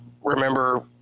remember